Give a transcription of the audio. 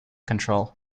control